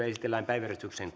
esitellään päiväjärjestyksen